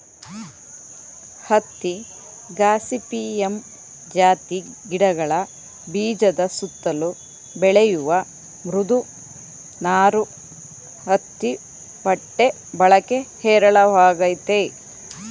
ಹತ್ತಿ ಗಾಸಿಪಿಯಮ್ ಜಾತಿ ಗಿಡಗಳ ಬೀಜದ ಸುತ್ತಲು ಬೆಳೆಯುವ ಮೃದು ನಾರು ಹತ್ತಿ ಬಟ್ಟೆ ಬಳಕೆ ಹೇರಳವಾಗಯ್ತೆ